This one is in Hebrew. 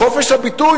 חופש הביטוי,